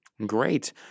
Great